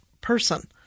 person